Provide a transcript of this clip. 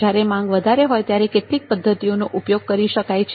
જ્યારે માંગ વધારે હોય ત્યારે કેટલીક પદ્ધતિઓનો ઉપયોગ કરી શકાય છે